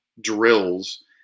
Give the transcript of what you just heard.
drills